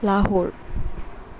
Lahore